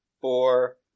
four